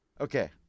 Okay